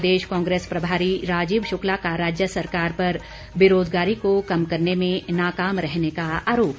प्रदेश कांग्रेस प्रभारी राजीव शुक्ला का राज्य सरकार पर बेरोजगारी को कम करने में नाकाम रहने का आरोप